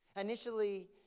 Initially